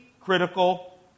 critical